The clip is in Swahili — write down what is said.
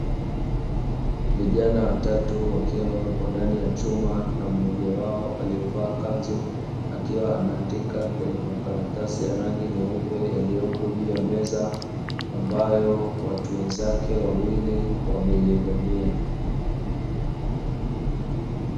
Vijana wakiwa wapo ndani ya chumba, na mmoja wao aliyevaa kanzu, akiwa anaandika kwenye makaratasi ya rangi nyeupe yaliyopo juu ya meza, ambayo watu wenzake wawili wameiegamia.